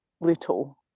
little